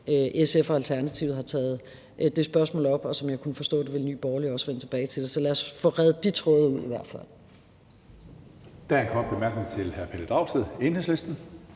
SF og Alternativet, har taget det spørgsmål op, og som jeg kunne forstå det, ville Nye Borgerlige også vende tilbage til det. Så lad os i hvert fald få redt de tråde ud. Kl. 15:13 Tredje næstformand (Karsten Hønge): Der er en kort bemærkning til hr. Pelle Dragsted, Enhedslisten.